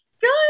Good